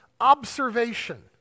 observation